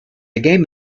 game